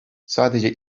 sadece